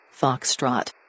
Foxtrot